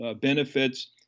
benefits